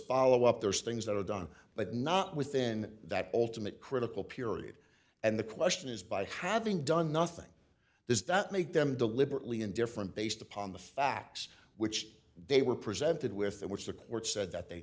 no up there's things that are done but not within that ultimate critical period and the question is by having done nothing does that make them deliberately indifferent based upon the facts which they were presented with which the court said that they